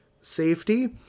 safety